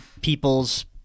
People's